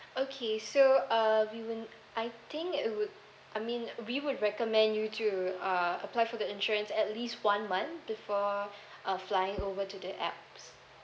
okay so uh we woun~ I think it would I mean we would recommend you to uh apply for the insurance at least one month before uh flying over to the alps